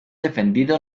defendido